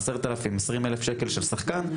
10,000 או 20 אלף שקל של שחקן,